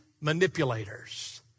manipulators